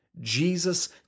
Jesus